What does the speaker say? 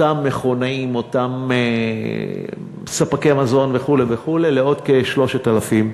אותם מכונאים, אותם ספקי מזון, וכו' לעוד כ-3,500.